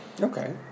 Okay